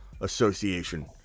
Association